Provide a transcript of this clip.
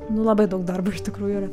nu labai daug darbo iš tikrųjų yra